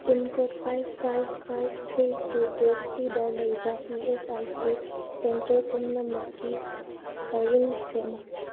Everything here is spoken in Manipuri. pin code five five five three two two ꯑꯁꯤꯗ ꯂꯩꯕ E S I C centre ꯄꯨꯝꯅꯃꯛꯀꯤ ꯄꯔꯤꯡ ꯁꯦꯝꯃꯨ